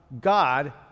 God